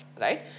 right